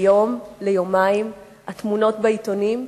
ליום, ליומיים, התמונות בעיתונים,